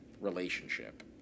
relationship